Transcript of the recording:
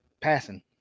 passing